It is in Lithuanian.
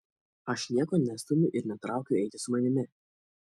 aš nieko nestumiu ir netraukiu eiti su manimi